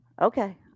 Okay